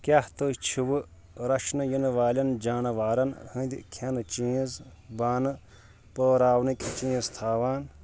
کیٛاہ تُہۍ چھِوٕ رَچھنہٕ یِنہٕ والیٚن جانوَرن ہِنٛدۍ کھیٚنہ چیٖز بانہٕ پٲراونٕکۍ چیٖز تھاوان